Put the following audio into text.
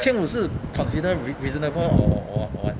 千五是 consider re~ reasonable or or what or what